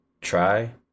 Try